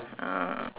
ah